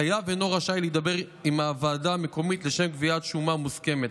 חייב אינו רשאי להידבר עם הוועדה המקומית לשם קביעת שומה מוסכמת.